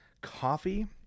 coffee